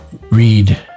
read